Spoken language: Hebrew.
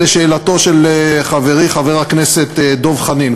לשאלתו של חברי חבר הכנסת דב חנין,